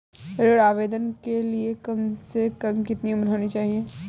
ऋण आवेदन के लिए कम से कम कितनी उम्र होनी चाहिए?